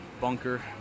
bunker